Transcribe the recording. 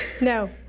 No